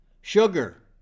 Sugar